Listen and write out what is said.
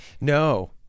No